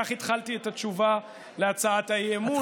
כך התחלתי את התשובה להצעת האי-אמון,